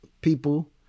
people